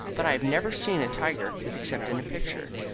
but i have never seen a tiger except in a picture.